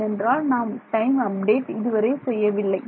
ஏனென்றால் நாம் time update இதுவரை செய்யவில்லை